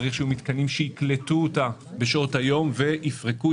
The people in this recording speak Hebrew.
צריך שיהיו מתקנים שיקלטו אותה בשעות היום ויפרקו,